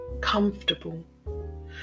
comfortable